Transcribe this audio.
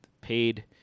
paid